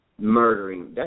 murdering